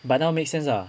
but now makes sense ah